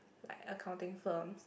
like accounting firms